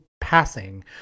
passing